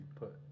put